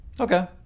Okay